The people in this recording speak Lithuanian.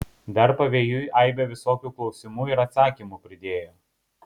dar pavėjui aibę visokių klausimų ir atsakymų pridėjo